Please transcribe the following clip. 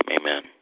amen